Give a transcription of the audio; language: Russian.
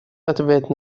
ответ